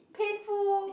painful